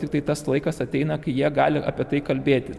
tiktai tas laikas ateina kai jie gali apie tai kalbėti